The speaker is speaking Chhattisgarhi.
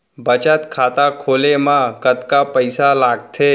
बचत खाता खोले मा कतका पइसा लागथे?